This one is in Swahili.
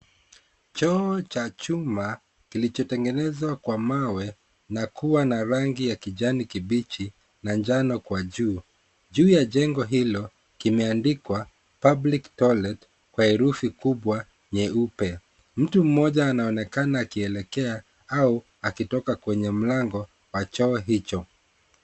Choo cha chuma kilichotengezwa kwa mawe na kuwa na rangi ya kijani kibichi na njano kwa juu. Juu ya jengo hilo kimeandikwa PUBLIC TOILET kwa herufi kubwa nyeupe mtu moja anaonekana akielekea au akitoka kwenye mlango wa choo hicho.